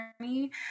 journey